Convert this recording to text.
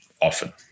often